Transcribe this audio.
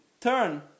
turn